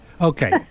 Okay